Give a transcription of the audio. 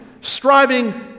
striving